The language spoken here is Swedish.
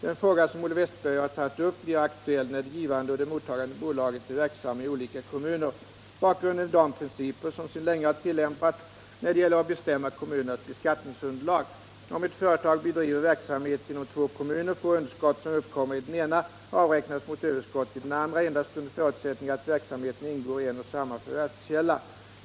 Den fråga som Olle Wästberg har tagit upp blir aktuell när det givande och det mottagande bolaget är verksamma inom olika kommuner. Bakgrunden är de principer som sedan länge har tillämpats när det gäller att bestämma kommunernas beskattningsunderlag. Om ett företag bedriver verksamhet inom två kommuner, får underskott som uppkommer i den ena kommunen avräknas mot överskott i den andra kommunen endast under förutsättning att verksamheterna ingår i en och samma förvärvskälla.